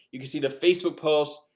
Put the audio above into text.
you can see the facebook post,